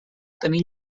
tenir